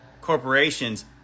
corporations